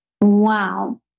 Wow